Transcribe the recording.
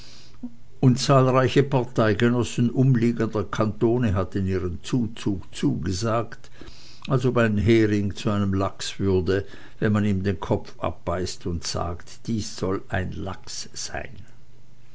und zahlreiche parteigenossen umliegender kantone hatten ihren zuzug zugesagt als ob ein hering zu einem lachs würde wenn man ihm den kopf abbeißt und sagt dies soll ein lachs sein